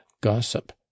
gossip